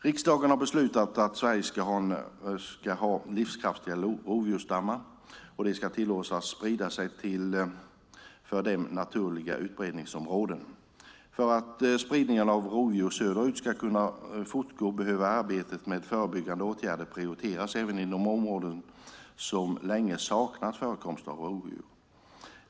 Riksdagen har beslutat att Sverige ska ha livskraftiga rovdjursstammar och de ska tillåtas sprida sig till för dem naturliga utbredningsområden. För att spridningen av rovdjur söderut ska kunna fortgå behöver arbetet med förebyggande åtgärder prioriteras även i områden som länge saknat förekomst av rovdjur.